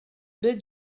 baie